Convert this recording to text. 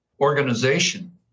organization